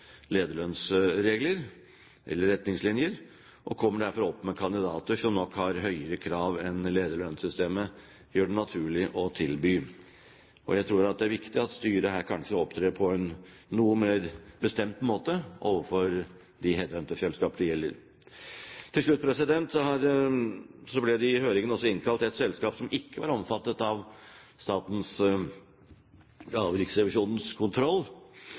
lederlønnsregler eller -retningslinjer – og kommer derfor opp med kandidater som nok har høyere krav til lønn enn lederlønnssystemet gjør det naturlig å tilby. Jeg tror det er viktig at styrer her kanskje opptrer på en noe mer bestemt måte overfor de headhunterselskaper det gjelder. Til slutt: I høringen ble det også innkalt et selskap som ikke var omfattet av Riksrevisjonens kontroll.